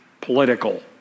political